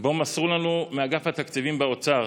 שבו מסרו לנו מאגף התקציבים באוצר